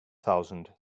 thousand